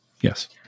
yes